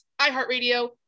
iHeartRadio